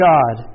God